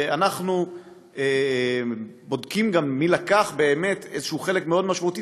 אנחנו בודקים גם מי לקח באמת איזשהו חלק מאוד משמעותי,